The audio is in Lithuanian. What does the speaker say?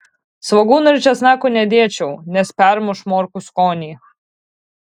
svogūnų ir česnakų nedėčiau nes permuš morkų skonį